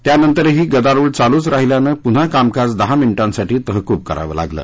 त्यानंतरही गदारोळ चालूच राहिल्यानं पुन्हा कामकाज दहा मिनीटांसाठी तहकूब करावं लागलं